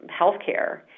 healthcare